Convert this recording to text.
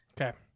okay